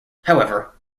however